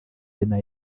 sena